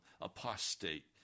apostate